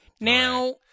now